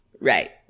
Right